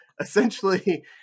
Essentially